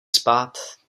spát